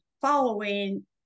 following